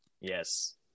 Yes